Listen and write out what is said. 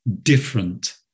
different